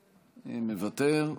מוותר.